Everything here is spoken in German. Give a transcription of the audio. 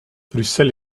brüssel